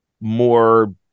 more